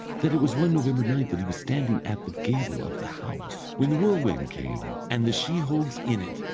that it was one november night that he was standing at the gable of the house, when the whirlwind came, and the sheehogues in it,